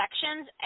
sections